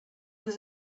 was